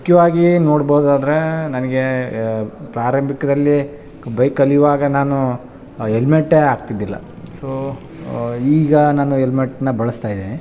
ಮುಖ್ಯವಾಗಿ ನೋಡ್ಬೋದಾದರೆ ನನಗೆ ಪ್ರಾರಂಭಿಕ್ದಲ್ಲಿ ಬೈಕ್ ಕಲಿಯುವಾಗ ನಾನು ಹೆಲ್ಮೆಟ್ಟೆ ಹಾಕ್ತಿದಿಲ್ಲ ಸೊ ಈಗ ನಾನು ಹೆಲ್ಮೆಟ್ನ ಬಳಸ್ತಾ ಇದೀನಿ